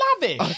lavish